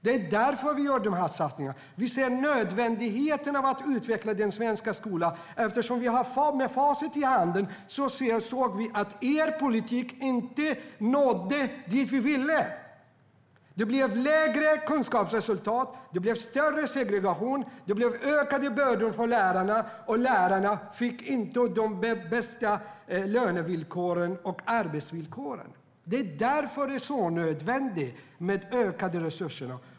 Det är därför som vi gör dessa satsningar. Vi ser nödvändigheten av att utveckla den svenska skolan. Med facit i hand såg vi att er politik inte nådde dit som ni ville. Det blev lägre kunskapsresultat, större segregation, ökade bördor för lärarna och lärarna fick inte bättre lönevillkor och arbetsvillkor. Det är därför som det är så nödvändigt med ökade resurser.